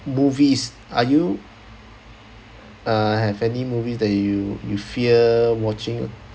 movies are you uh have any movie that you you fear watching